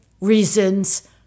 reasons